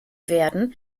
werden